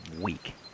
week